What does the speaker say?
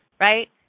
right